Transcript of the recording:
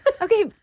Okay